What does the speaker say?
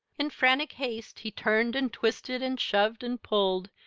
in frantic haste he turned and twisted and shoved and pulled,